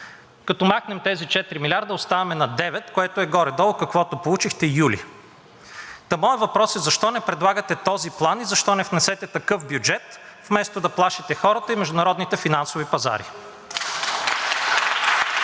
като махнем тези 4 милиарда, оставаме на 9, което е горе долу каквото получихте юли, та моят въпрос е – защо не предлагате този план и защо не внесете такъв бюджет, вместо да плашите хората и международните финансови пазари?